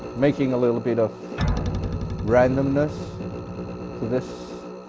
making a little bit of randomness to this